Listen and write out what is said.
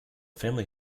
family